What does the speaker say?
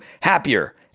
happier